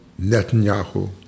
Netanyahu